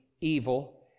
evil